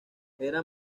era